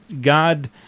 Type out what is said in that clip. God